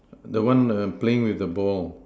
the one err playing with the ball